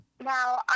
Now